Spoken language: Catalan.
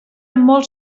molts